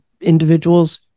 individuals